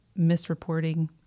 Misreporting